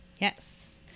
Yes